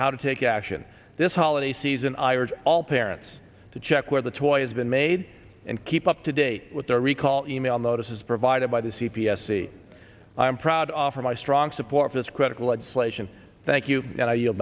how to take action this holiday season i urge all parents to check where the toy has been made and keep up to date with their recall email notice as provided by the c p s see i am proud offer my strong support for this critical legislation thank you